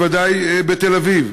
בוודאי בתל-אביב.